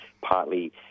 partly